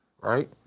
Right